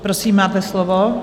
Prosím, máte slovo.